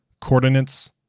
Coordinates